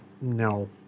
no